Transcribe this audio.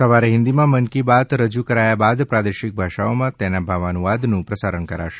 સવારે હિન્દીમાં મન કી બાત રજૂ કરાયા બાદ પ્રાદેશિક ભાષાઓમાં તેના ભાવાનુવાદનું પ્રસારણ કરાશે